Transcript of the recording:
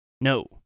No